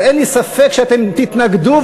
אין לי ספק שאתם תתנגדו,